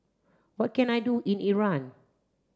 what can I do in Iran